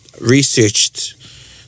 researched